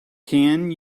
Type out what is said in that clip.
can